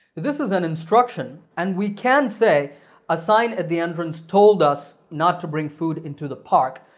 this is an instruction, and we can say a sign at the entrance told us not to bring food into the park,